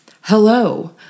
Hello